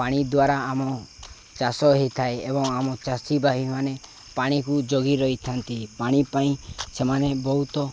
ପାଣି ଦ୍ୱାରା ଆମ ଚାଷ ହୋଇଥାଏ ଏବଂ ଆମ ଚାଷୀଭାଇମାନେ ପାଣିକୁ ଜଗି ରହିଥାନ୍ତି ପାଣି ପାଇଁ ସେମାନେ ବହୁତ